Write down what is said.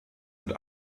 und